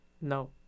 No